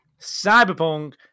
cyberpunk